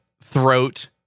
throat